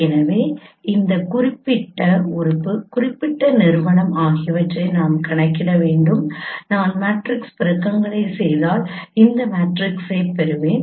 எனவே இந்த குறிப்பிட்ட உறுப்பு குறிப்பிட்ட நிறுவனம் ஆகியவற்றை நாம் கணக்கிட வேண்டும் நான் மேட்ரிக்ஸ் பெருக்கங்களை செய்தால் இந்த மேட்ரிக்ஸைப் பெறுவேன்